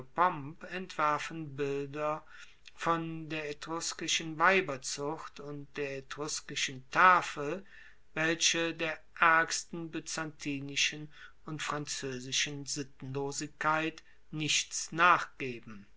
entwerfen bilder von der etruskischen weiberzucht und der etruskischen tafel welche der aergsten byzantinischen und franzoesischen sittenlosigkeit nichts nachgeben